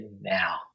now